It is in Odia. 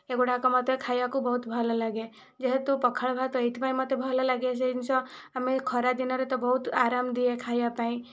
ଏଗୁଡ଼ାକ ମୋତେ ଖାଇବାକୁ ବହୁତ ଭଲ ଲାଗେ ଯେହେତୁ ପଖାଳ ଭାତ ଏଇଥିପାଇଁ ମୋତେ ଭଲ ଲାଗେ ସେ ଜିନିଷ ଆମେ ଖରା ଦିନରେ ତ ବହୁତ ଆରାମ ଦିଏ ଖାଇବା ପାଇଁ